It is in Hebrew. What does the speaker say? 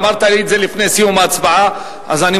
אמרת לי את זה לפני סיום ההצבעה אז אני